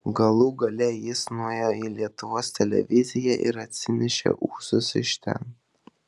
galų gale jis nuėjo į lietuvos televiziją ir atsinešė ūsus iš ten